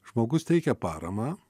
žmogus teikia paramą